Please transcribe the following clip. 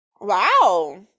Wow